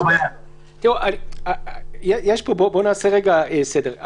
נעשה רגע סדר.